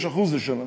יש 1% לשנה?